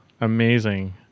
Amazing